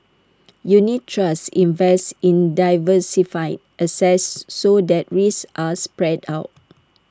unit trusts invest in diversified assets so that risks are spread out